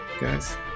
guys